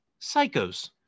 Psychos